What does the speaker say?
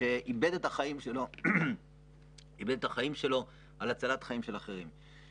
שאיבד את החיים שלו על הצלת חיים של אחרים.